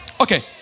Okay